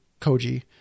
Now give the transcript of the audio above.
koji